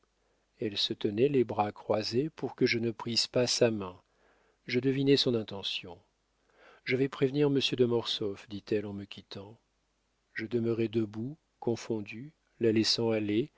elle se tenait les bras croisés pour que je ne prisse pas sa main je devinai son intention je vais prévenir monsieur de mortsauf dit-elle en me quittant je demeurai debout confondu la laissant aller